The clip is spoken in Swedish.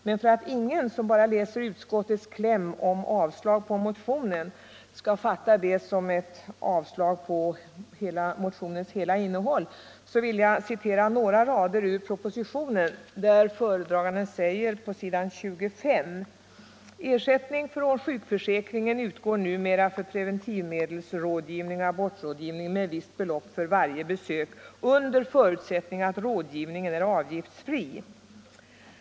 Men för att inte den som endast läser utskottets kläm med avstyrkande av motionen skall fatta det som ett avstyrkande av motionens innehåll i dess helhet vill jag citera några rader ur propositionen, där föredraganden säger på s. 25: ”Ersättning från sjukförsäkringen utgår numera för preventivmedelsrådgivning och abortrådgivning med visst belopp för varje besök under förutsättning att rådgivningen är avgiftsfri.